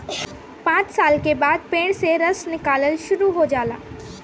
पांच साल के बाद पेड़ से रस निकलल शुरू हो जाला